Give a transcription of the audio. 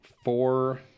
Four